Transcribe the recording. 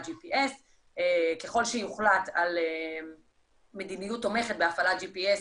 GPS. ככל שיוחלט על מדיניות תומכת בהפעלת GPS,